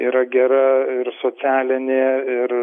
yra gera ir socialinė ir